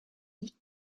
dit